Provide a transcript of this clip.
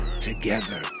together